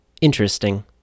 interesting